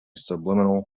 subliminal